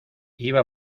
iba